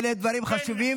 אלה דברים חשובים.